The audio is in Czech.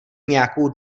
nějakou